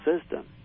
system